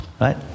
Right